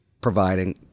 providing